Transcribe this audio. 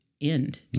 end